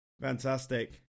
Fantastic